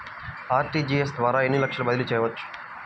RTGS ద్వారా ఎన్ని లక్షలు బదిలీ చేయవచ్చు?